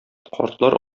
картлар